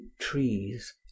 trees